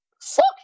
Fuck